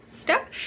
step